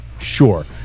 sure